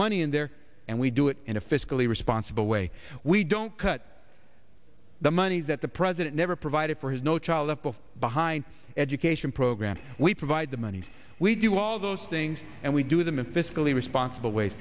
money in there and we do it in a fiscally responsible way we don't cut the money that the president never provided for his no child left behind education program we provide the money we do all those things and we do them in fiscally responsible way